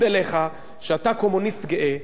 בניגוד אליך שאתה קומוניסט גאה,